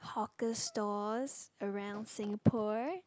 hawker stores around Singapore